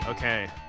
Okay